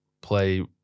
play